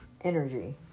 energy